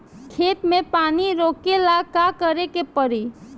खेत मे पानी रोकेला का करे के परी?